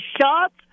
shots